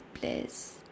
bliss